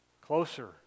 closer